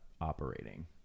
operating